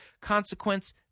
Consequence